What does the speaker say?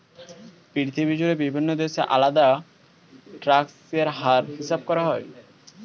পৃথিবী জুড়ে বিভিন্ন দেশে আলাদা ট্যাক্স এর হার হিসাব করা হয়